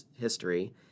history